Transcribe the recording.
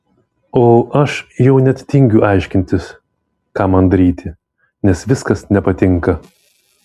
o aš jau net tingiu aiškintis ką man daryti nes viskas nepatinka